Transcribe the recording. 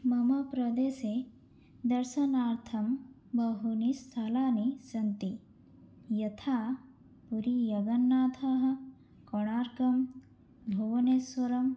मम प्रदेशे दर्शनार्थं बहूनि स्थलानि सन्ति यथा पुरी जगन्नाथः कोणार्कं भुवनेश्वरं